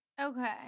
Okay